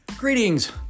Greetings